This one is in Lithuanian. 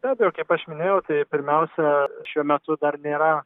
na tai jau kaip aš minėjau tai pirmiausia šiuo metu dar nėra